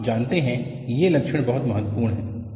आप जानते हैं कि ये लक्षण बहुत महत्वपूर्ण हैं